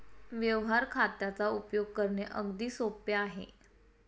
व्यवहार खात्याचा उपयोग करणे अगदी सोपे आहे